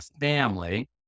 family